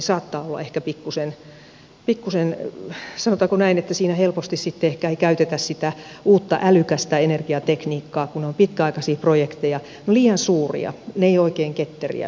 saattaa olla ehkä niin sanotaanko näin että siinä ehkä helposti sitten ei käytetä sitä uutta älykästä energiatekniikkaa kun on pitkäaikaisia projekteja ne ovat liian suuria ne eivät ole oikein ketteriä